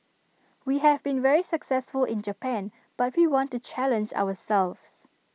we have been very successful in Japan but we want to challenge ourselves